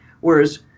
Whereas